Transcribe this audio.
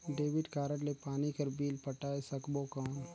Debit card ले पानी कर बिल पटाय सकबो कौन?